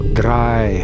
dry